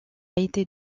été